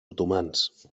otomans